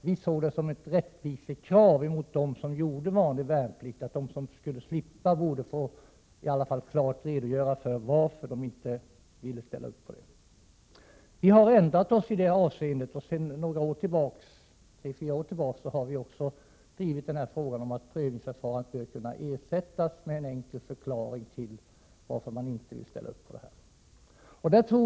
Vi såg det som ett rättvisekrav mot dem som gjorde vanlig värnplikt att de som slapp i alla fall borde klart redogöra för varför de inte vill fullgöra värnplikten. Vi har ändrat oss i det avseendet, och sedan några år tillbaka har vi också drivit ståndpunkten att prövningsförfarandet bör kunna ersättas med en enklare förklaring till varför man inte vill ställa upp.